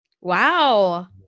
Wow